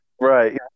right